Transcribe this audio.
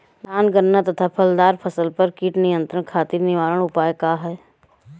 धान गन्ना तथा फलदार फसल पर कीट नियंत्रण खातीर निवारण उपाय का ह?